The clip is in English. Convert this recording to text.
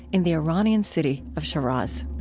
in the iranian city of shiraz